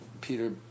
Peter